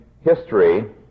history